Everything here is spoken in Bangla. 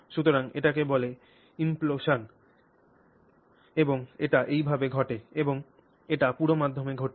সুতরাং এটিকে বলে implosion এবং এটি এইভাবে ঘটে এবং এটি পুরো মাধ্যমে ঘটছে